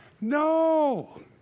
No